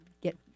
get